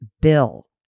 bill